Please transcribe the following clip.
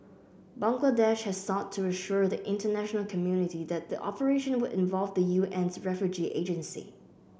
Bangladesh has sought to assure the international community that the operation would involve the U N's refugee agency